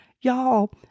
y'all